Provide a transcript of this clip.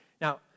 Now